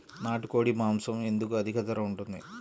నాకు కోడి మాసం ఎందుకు అధిక ధర ఉంటుంది?